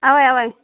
اَوے اَوے